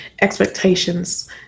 expectations